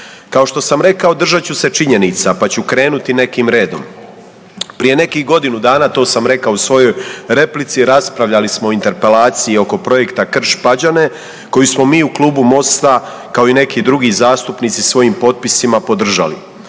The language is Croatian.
Kao što sam rekao držat ću se činjenica pa ću krenuti nekim redom. Prije nekih godinu dana, to sam rekao i u svojoj replici, raspravljali smo o interpelaciji oko projekta Krš-Pađane koji smo mi u Klubu MOST-a kao i neki drugi zastupnici svojim potpisima podržali.